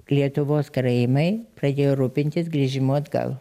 lietuvos karaimai pradėjo rūpintis grįžimu atgal